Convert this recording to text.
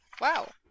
Wow